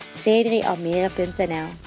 c3almere.nl